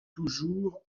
toujours